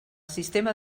sistema